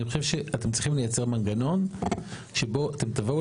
אני חושב שאתם צריכים לייצר מנגנון שבו אתם תבואו